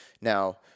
Now